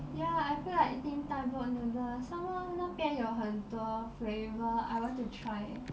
ya I feel like eating thai boat noodles somemore 那边有很多 flavour I want to try